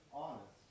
honest